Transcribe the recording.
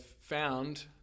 found